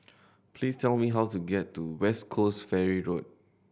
please tell me how to get to West Coast Ferry Road